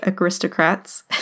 aristocrats